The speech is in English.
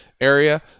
area